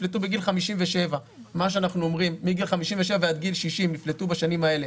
מה שאנחנו אומרים מגיל 57 ועד גיל 60 נפלטו בשנים האלה